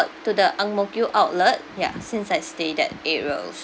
to the ang mo kio outlet ya since I stay that areas also